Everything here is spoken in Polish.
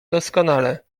doskonale